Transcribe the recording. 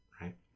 right